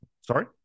Sorry